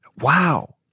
Wow